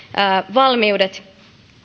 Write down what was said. valmiudet